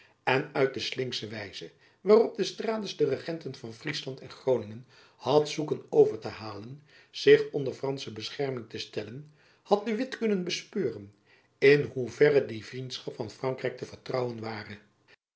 en uit de slinksche wijze waarop d'estrades de regenten van friesland en groningen had zoeken over te halen zich onder fransche bescherming te stellen had de witt kunnen bespeuren in hoeverre die vriendschap van frankrijk te vertrouwen ware